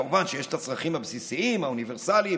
כמובן שיש את הצרכים הבסיסים האוניברסליים,